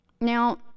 Now